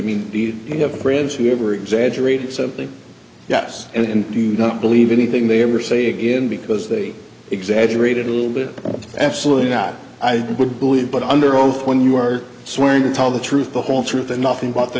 mean he could have brands he ever exaggerate something yes and do not believe anything they ever say again because they exaggerated a little bit absolutely not i would believe but under oath when you are sworn to tell the truth the whole truth and nothing but the